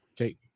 Okay